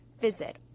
Visit